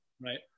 Right